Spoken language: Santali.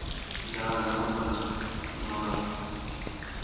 ᱡᱟᱦᱟᱸ ᱜᱟᱱᱚᱜ ᱠᱟᱱᱟ ᱱᱚᱣᱟ